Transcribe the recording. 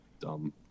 dumb